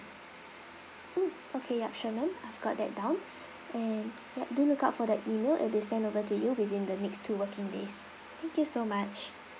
mm okay yup sure ma'am I've got that down and yup do look out for the email it'll be sent over to you within the next two working days thank you so much